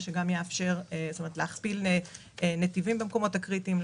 להכפיל נתיבים במקומות הקריטיים,